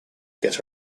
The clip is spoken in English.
get